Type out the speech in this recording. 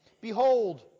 Behold